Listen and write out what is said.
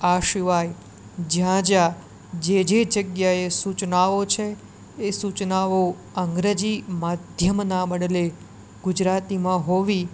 આ સિવાય જ્યાં જ્યાં જે જે જગ્યાએ સૂચનાઓ છે એ સૂચનાઓ અંગ્રેજી માધ્યમનાં બદલે ગુજરાતીમાં હોવી